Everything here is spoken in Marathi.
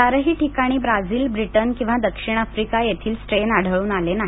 चारही ठिकाणी ब्राझील ब्रिटन किंवा दक्षिण आफ्रिका येथील स्ट्रेन आढळून आले नाही